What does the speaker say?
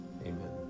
amen